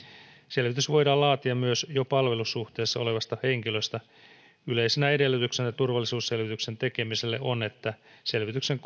selvitys voidaan laatia myös jo palvelussuhteessa olevasta henkilöstä yleisenä edellytyksenä turvallisuusselvityksen tekemiselle on että selvityksen